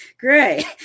Great